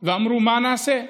ואמרו: מה נעשה?